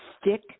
stick